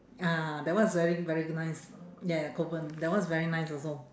ah that one's very very nice ya ya kovan that one's very nice also